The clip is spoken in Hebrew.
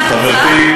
הקצבאות, והנה התוצאה.